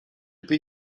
peut